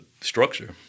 structure